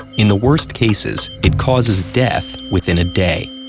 in the worst cases, it causes death within a day.